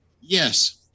Yes